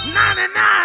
99